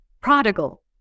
prodigal